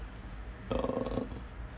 uh